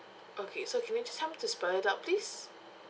okay so can you just help me to spell it out please